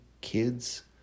kids